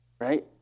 Right